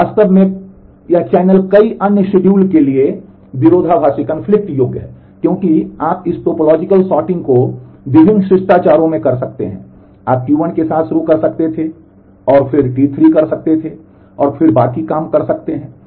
यह वास्तव में यह चैनल कई अन्य शेड्यूल के लिए विरोधाभासी योग्य है क्योंकि आप इस टॉपोलॉजिकल सॉर्टिंग को विभिन्न विभिन्न शिष्टाचारों में कर सकते हैं आप टी 1 के साथ शुरू कर सकते थे और फिर टी 3 कर सकते हैं और फिर बाकी काम कर सकते हैं